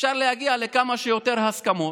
אפשר להגיע לכמה שיותר הסכמות,